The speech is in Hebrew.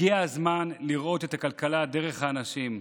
הגיע הזמן לראות את הכלכלה דרך האנשים,